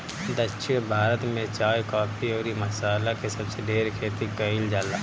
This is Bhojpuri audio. दक्षिण भारत में चाय, काफी अउरी मसाला के सबसे ढेर खेती कईल जाला